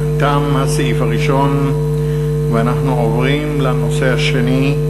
תם הסעיף הראשון ואנחנו עוברים לנושא השני: